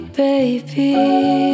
baby